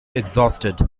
exhausted